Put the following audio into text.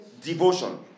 devotion